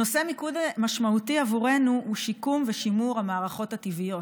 נושא מיקוד משמעותי עבורנו הוא שיקום ושימור המערכות הטבעיות,